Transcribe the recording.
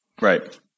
Right